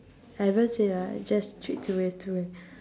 I haven't say lah I just treat zi-wei as zi-wei